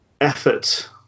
effort